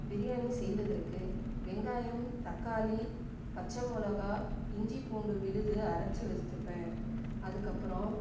பிரியாணி செய்வதற்கு வெங்காயம் தக்காளி பச்சமிளகா இஞ்சி பூண்டு விழுது அரைச்சு வச்சிப்பேன் அதுக்கப்புறம்